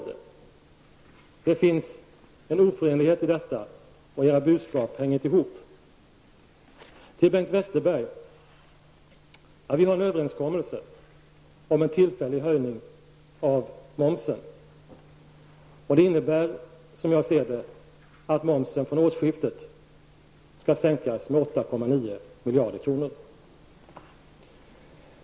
Det finns en oförenlighet i detta, och era budskap hänger inte ihop. Vi har en överenskommelse om en tillfällig höjning av momsen, Bengt Westerberg. Den innebär som jag ser det att momsen från årsskiftet skall sänkas med 8,9 miljarder kronor.